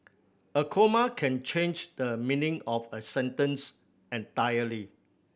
a comma can change the meaning of a sentence entirely